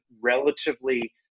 relatively